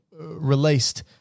released